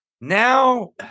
now